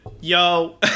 yo